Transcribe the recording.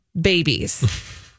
babies